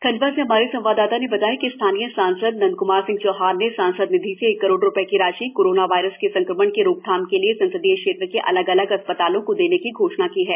खंडवा से हमारे संवाददाता ने बताया है कि स्थानीय सांसद नंदक्मारसिंह चौहान ने सांसद निधि से एक करोड़ रूपए की राशि कोरोना वायरस के संक्रमण के रोकथाम के संसदीय क्षेत्र के अलग अलग अस्पतालों को देने की घोषणा की है